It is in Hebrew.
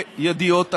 בידיעות אחרונות.